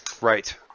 Right